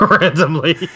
Randomly